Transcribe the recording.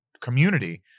community